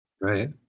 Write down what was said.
Right